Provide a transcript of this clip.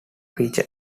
preacher